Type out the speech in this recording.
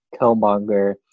Killmonger